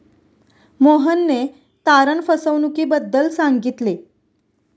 मोहनने तारण फसवणुकीबद्दल सांगितले